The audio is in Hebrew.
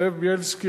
זאב בילסקי,